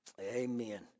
Amen